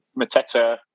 Mateta